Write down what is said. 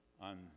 on